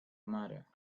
matter